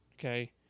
Okay